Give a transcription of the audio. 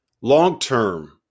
long-term